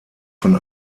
von